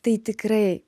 tai tikrai